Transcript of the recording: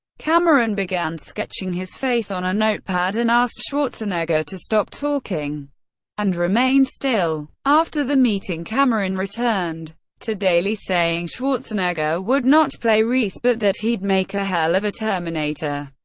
cameron began sketching his face on a notepad and asked asked schwarzenegger to stop talking and remain still. after the meeting, cameron returned to daly saying schwarzenegger would not play reese, but that he'd make a hell of a terminator.